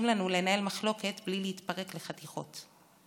לנו לנהל מחלוקת בלי להתפרק לחתיכות.